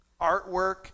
artwork